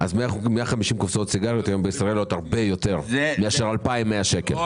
אז 150 קופסאות בישראל עולות היום הרבה יותר מאשר 2,100 שקלים.